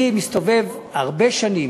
אני מסתובב הרבה שנים,